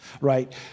right